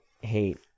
hate